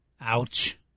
Ouch